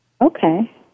Okay